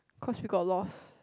cause we got lost